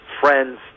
friends